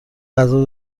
غذا